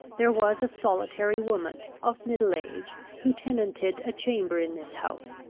there was a solitary woman, of middle age, who tenanted a chamber in this house,